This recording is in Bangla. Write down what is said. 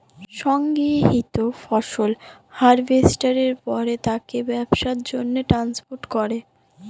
সংগৃহীত ফসল হারভেস্টের পর তাকে ব্যবসার জন্যে ট্রান্সপোর্ট করে